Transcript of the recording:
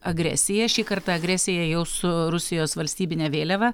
agresija šį kartą agresija jau su rusijos valstybine vėliava